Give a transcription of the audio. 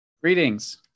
Greetings